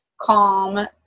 calm